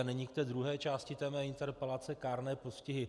A nyní k té druhé části mé interpelace kárné postihy.